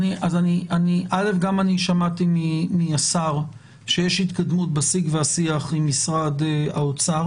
גם אני שמעתי מהשר שיש התקדמות בשיג ושיח עם משרד האוצר.